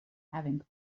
having